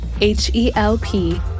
H-E-L-P